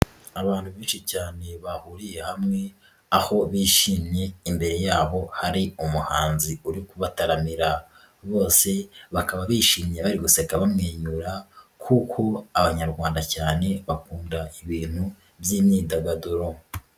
Abantu benshi cyane bahuriye hamwe aho bishimye imbere yabo hari umuhanzi uri kubataramira, bose bakaba bishimye bari guseka bamwenyura kuko abanyarwanda cyane bakunda ibintu by'imyidagaduro.